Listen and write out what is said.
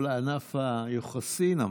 את כל ענף היוחסין אמרת.